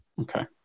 Okay